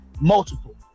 multiple